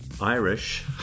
Irish